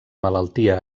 malaltia